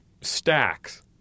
stacks